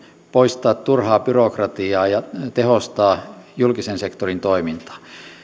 poistaa turhaa byrokratiaa ja tehostaa julkisen sektorin toimintaa